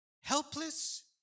helpless